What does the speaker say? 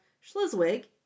Schleswig